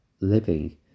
living